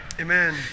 amen